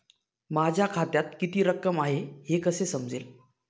माझ्या खात्यात किती रक्कम आहे हे कसे समजेल?